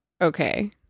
okay